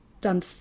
done